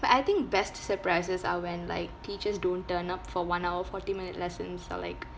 but I think best surprises are when like teachers don't turn up for one hour forty minute lessons or like